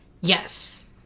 Yes